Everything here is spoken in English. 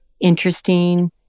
interesting